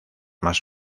más